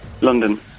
London